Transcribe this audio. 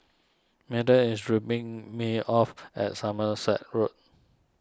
Milton is dropping me off at Somerset Road